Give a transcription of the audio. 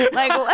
like,